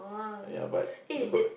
ya but